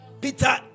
peter